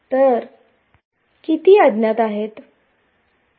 तर किती अज्ञात आहेत